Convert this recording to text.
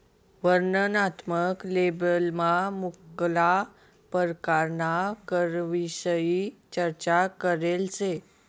वर्णनात्मक लेबलमा मुक्ला परकारना करविषयी चर्चा करेल शे